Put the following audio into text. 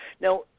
Now